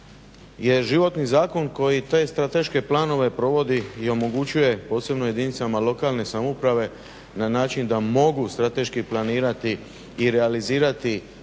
životni zakon koji te strateške planove provodi i omogućuje posebno jedinicama lokalne samouprave na način da mogu strateški planirati i realizirati